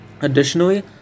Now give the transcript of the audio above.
Additionally